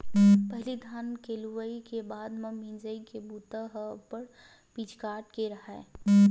पहिली धान के लुवई के बाद म मिंजई के बूता ह अब्बड़ पिचकाट के राहय